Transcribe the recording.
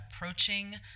approaching